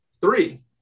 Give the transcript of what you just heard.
Three